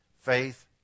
faith